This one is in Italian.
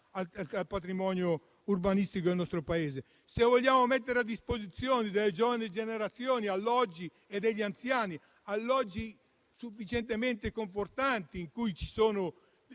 al patrimonio urbanistico del nostro Paese. Se vogliamo mettere a disposizione delle giovani generazioni e degli anziani alloggi sufficientemente confortanti, dove sia